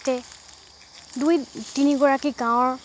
তে দুই তিনিগৰাকী গাঁৱৰ